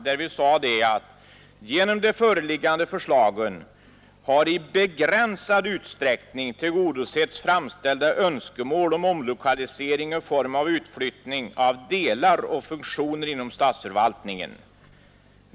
Vi sade däri bl.a.: ”Genom det föreliggande förslaget har i begränsad utsträckning tillgodosetts framställda önskemål om omlokalisering i form av utflyttning av delar och funktioner inom statsförvaltningen.